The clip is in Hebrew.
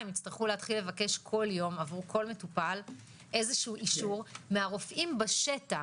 יצטרכו לבקש כל יום עבור כל מטופל אישור מהרופאים בשטח,